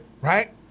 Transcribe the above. right